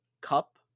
cup